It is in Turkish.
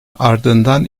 ardından